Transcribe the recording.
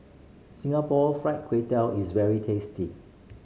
Singapore Fried Kway Tiao is very tasty